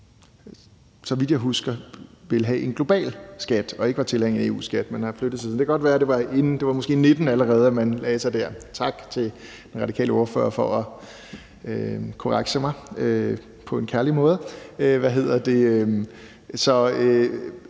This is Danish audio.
så vidt jeg husker, ville have en global skat og ikke var tilhængere af en EU-skat, men har flyttet sig siden. Det kan godt være, det var inden; det var måske allerede i 2019, man lagde sig dér – Tak til den radikale ordfører for at korrekse mig på en kærlig måde. Så når ordføreren